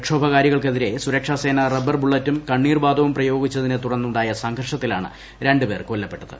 പ്രക്ഷോഭകാരികൾക്കെതിരെ സുരക്ഷാസേനാ റബ്ബർ ബുള്ളറ്റും കണ്ണീർവാതകവും പ്രയോഗിച്ചതിനെ തുടർന്നുണ്ടായ സംഘർഷത്തിലാണ് രണ്ടു പേർ കൊല്ലപ്പെട്ടത്